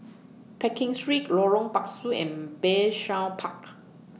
Pekin Street Lorong Pasu and Bayshore Park